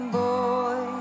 boy